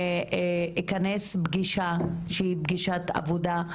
אני אכנס פגישה, שהיא פגישת עבודה,